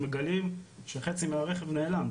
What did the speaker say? מגלים שחצי מהרכב נעלם,